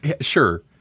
sure